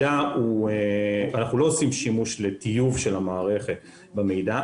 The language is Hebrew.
אנחנו לא עושים שימוש לטיוב של המערכת במידע.